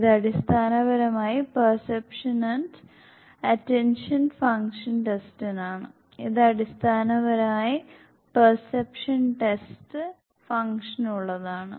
ഇത് അടിസ്ഥാനപരമായി perception and attention function ടെസ്റ്റിനാണ് ഇത് അടിസ്ഥാനപരമായി പെർസെപ്ഷൻ ടെസ്റ്റ് ഫംഗ്ഷനുള്ളതാണ്